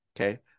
okay